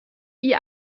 ihr